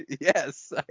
Yes